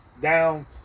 down